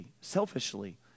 Selfishly